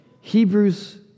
Hebrews